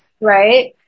right